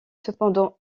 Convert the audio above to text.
cependant